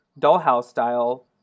dollhouse-style